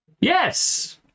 Yes